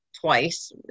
twice